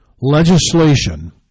legislation